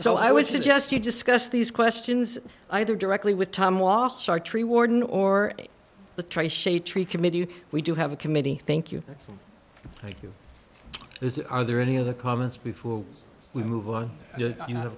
so i would suggest you discuss these questions either directly with tom walsh our tree warden or the trace shade tree committee we do have a committee thank you so like you are there any other comments before we move on you know